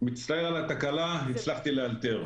מצטער על התקלה, הצלחתי לאלתר.